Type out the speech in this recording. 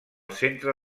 centre